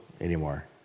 anymore